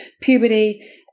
puberty